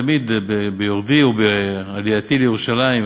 תמיד ביורדי ובעלייתי לירושלים,